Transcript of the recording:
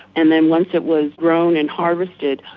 and then once it was grown and harvested,